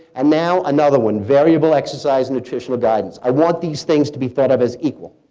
and now another one, variable exercise nutritional guidance. i want these things to be thought of as equal.